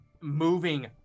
moving